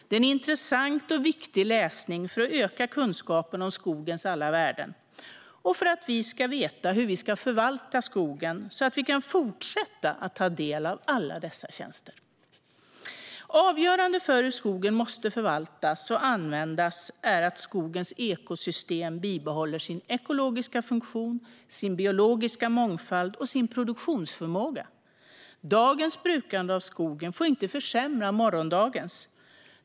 Det är en intressant och viktig läsning för att öka kunskapen om skogens alla värden och för att vi ska veta hur vi ska förvalta skogen så att vi kan fortsätta att ta del av alla dessa tjänster. Avgörande för hur skogen måste förvaltas och användas är att skogens ekosystem bibehåller sin ekologiska funktion, sin biologiska mångfald och sin produktionsförmåga. Dagens brukande av skogen får inte försämra morgondagens.